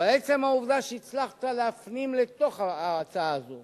עצם העובדה שהצלחת להפנים לתוך ההצעה הזאת